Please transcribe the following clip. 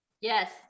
Yes